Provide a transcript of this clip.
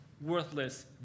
worthless